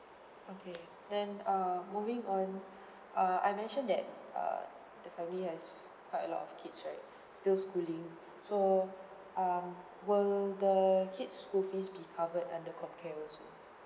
okay then err moving on uh I mentioned that uh the family has quite a lot of kids right still schooling so um will the kids' school fees be covered under comcare also